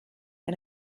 and